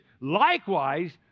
Likewise